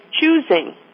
choosing